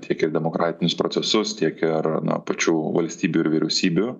tiek ir demokratinius procesus tiek ir na pačių valstybių ir vyriausybių